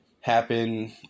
happen